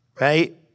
right